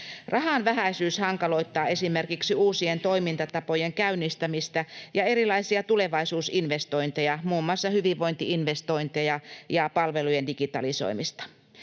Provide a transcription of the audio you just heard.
Rahan vähäisyys hankaloittaa esimerkiksi uusien toimintatapojen käynnistämistä ja erilaisia tulevaisuusinvestointeja, muun muassa hyvinvointi-investointeja ja palvelujen digitalisoimista.